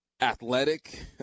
athletic